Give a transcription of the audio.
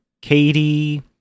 Katie